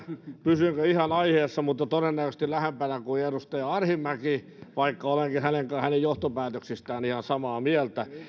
pysynkö ihan aiheessa mutta todennäköisesti lähempänä kuin edustaja arhinmäki vaikka olenkin hänen johtopäätöksistään ihan samaa mieltä